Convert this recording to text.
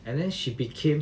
and then she became